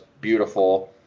beautiful